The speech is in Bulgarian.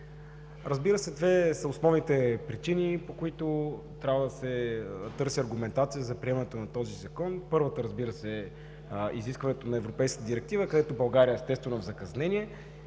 Разбира се, две са основните причини, по които трябва да се търси аргументация за приемането на този Закон. Първата, разбира се, е изискването на Европейската директива, където България, естествено, е в закъснение